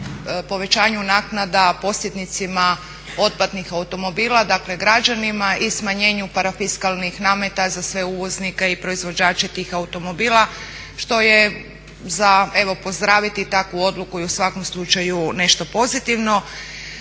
povećanju naknada posjednicima otpadnih automobila, dakle građanima i smanjenju parafiskalnih nameta za sve uvoznike i proizvođače tih automobila što je za pozdraviti takvu odluku i u svakom slučaju nešto pozitivno.